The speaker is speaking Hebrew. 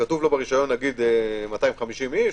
וכתוב לו ברשיון, נגיד, 250 איש,